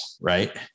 Right